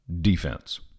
defense